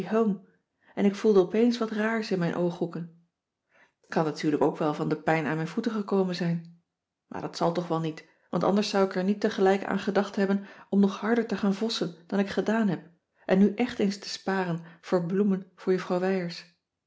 en ik voelde opeens wat raars in mijn ooghoeken t kan natuurlijk ook wel van de pijn aan mijn voeten gekomen zijn maar dat zal toch wel niet want anders zou ik er niet tegelijk aan gedacht hebben om nog harder te gaan vossen dan ik gedaan heb en nu echt eens te sparen voor bloemen voor juffrouw wijers